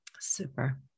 Super